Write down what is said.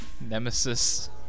nemesis